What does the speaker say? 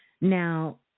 Now